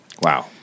Wow